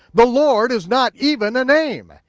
the lord is not even a name.